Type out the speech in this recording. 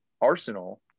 Arsenal